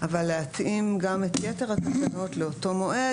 אבל להתאים גם את יתר התקנות לאותו מועד,